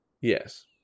Yes